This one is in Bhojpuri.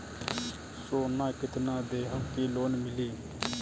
सोना कितना देहम की लोन मिली?